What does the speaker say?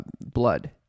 blood